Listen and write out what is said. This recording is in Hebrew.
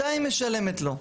מתי היא משלמת לו?